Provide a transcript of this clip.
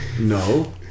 No